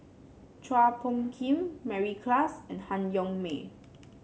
Chua Phung Kim Mary Klass and Han Yong May